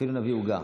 אפילו נביא עוגה.